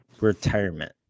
retirement